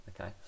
Okay